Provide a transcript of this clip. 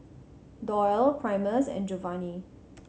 Doyle Primus and Jovanny